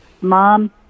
Mom